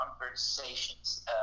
conversations